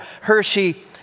Hershey